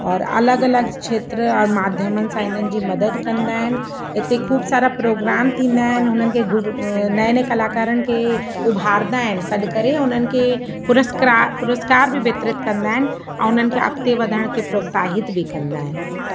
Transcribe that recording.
और अलॻि अलॻि खेत्र और माध्यमनि सां हिननि जी मदद कंदा आहिनि हिते ख़ूबु सारा प्रोग्राम थींदा आहिनि उन्हनि खे नएं नएं कलाकारनि खे उभारंदा आहिनि सॾु करे उन्हनि खे पुस्कार पुरस्कार बि वितरित कंदा आहिनि ऐं उन्हनि खे अॻिते वधाइण खे प्रोत्साहित बि कंदा आहिनि